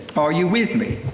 are you with me?